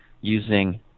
using